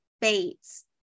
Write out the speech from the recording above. Bates